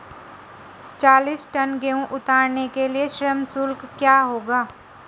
चालीस टन गेहूँ उतारने के लिए श्रम शुल्क क्या होगा?